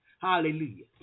Hallelujah